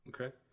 Okay